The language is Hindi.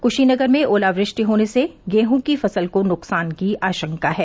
कुशीनगर में ओलावृष्टि होने से गेहूं की फसल को नुकसान की आशंका है